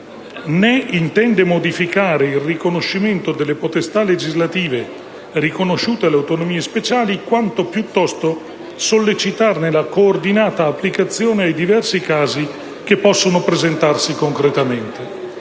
né intende modificare il riconoscimento delle potestà legislative riconosciute alle Autonomie speciali, quanto piuttosto sollecitarne la coordinata applicazione ai diversi casi che possono presentarsi concretamente.